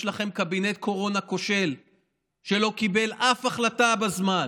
יש לכם קבינט קורונה כושל שלא קיבל אף החלטה בזמן,